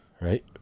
Right